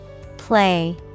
Play